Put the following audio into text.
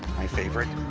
my favorite.